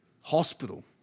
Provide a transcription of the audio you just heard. hospital